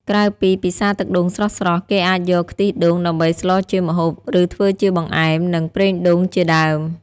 ក្រៅពីពិសាទឹកដូងស្រស់ៗ គេអាចយក ខ្ទិះដូង ដើម្បីស្លជាម្ហូប ឬធ្វើជា បង្អែម និង ប្រេងដូង ជាដើម។